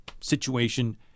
situation